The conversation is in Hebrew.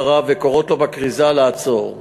אחריו וקוראות לו בכריזה לעצור.